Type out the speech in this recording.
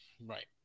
Right